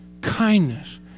Kindness